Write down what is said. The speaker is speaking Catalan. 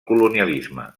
colonialisme